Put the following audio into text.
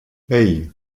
hey